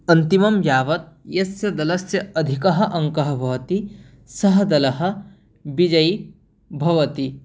अन्तिमं यावत् यस्य दलस्य अधिकः अङ्कः भवति सः दलः विजयी भवति